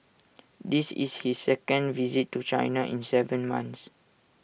this is his second visit to China in Seven months